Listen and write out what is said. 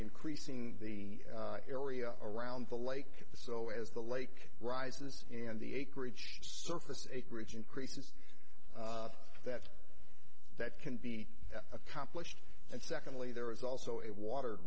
increasing the area around the lake so as the lake rises in the acreage surface it reach increases that that can be accomplished and secondly there is also a water